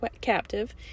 captive